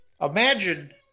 Imagine